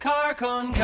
Carcon